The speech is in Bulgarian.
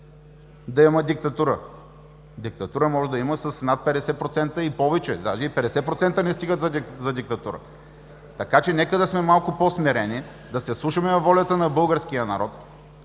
да има диктатура. Диктатура може да има с над 50% и повече, даже и 50% не стигат за диктатура. Така че нека да сме малко по-смирени, да се вслушаме във волята на българския народ,